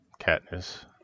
Katniss